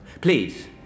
Please